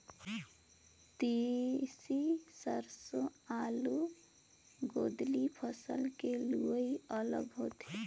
तिसी, सेरसों, आलू, गोदंली फसल के लुवई अलग होथे